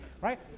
right